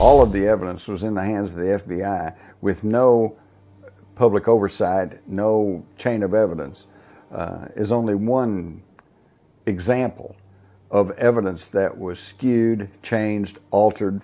all of the evidence was in the hands of the f b i with no public overside no chain of evidence is only one example of evidence that was skewed changed altered